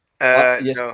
Yes